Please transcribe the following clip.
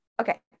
okay